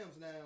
now